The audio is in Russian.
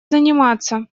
заниматься